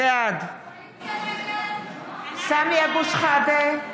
בעד סמי אבו שחאדה,